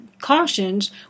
cautions